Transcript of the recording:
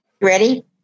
Ready